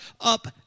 up